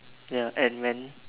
ya and when